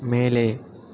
மேலே